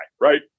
right